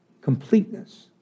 completeness